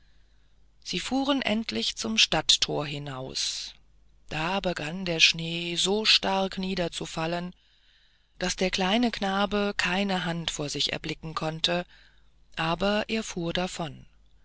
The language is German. sie fuhren endlich zum stadtthor hinaus da begann der schnee so stark hernieder zu fallen daß der kleine knabe keine hand vor sich erblicken konnte aber er fuhr davon